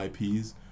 ips